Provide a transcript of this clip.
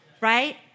right